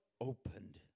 opened